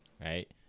right